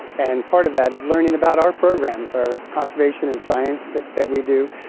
and part of that is learning about our programs, our conservation and science that that we do,